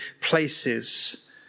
places